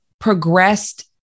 progressed